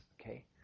Okay